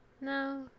no